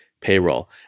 payroll